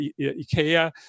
IKEA